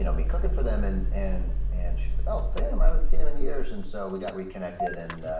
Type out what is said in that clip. you know me cooking for them, and and and she was like, oh, sam, i haven't seen him in years. and so, we got reconnected. and